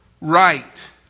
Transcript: right